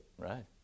Right